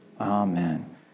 Amen